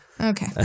Okay